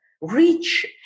reach